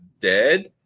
dead